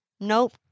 Nope